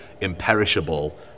imperishable